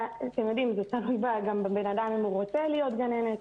זה תלוי גם בבן אדם אם הוא רוצה להיות גננת,